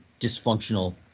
dysfunctional